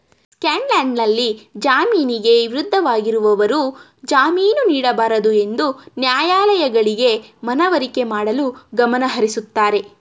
ಸ್ಕಾಟ್ಲ್ಯಾಂಡ್ನಲ್ಲಿ ಜಾಮೀನಿಗೆ ವಿರುದ್ಧವಾಗಿರುವವರು ಜಾಮೀನು ನೀಡಬಾರದುಎಂದು ನ್ಯಾಯಾಲಯಗಳಿಗೆ ಮನವರಿಕೆ ಮಾಡಲು ಗಮನಹರಿಸುತ್ತಾರೆ